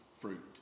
fruit